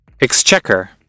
Exchequer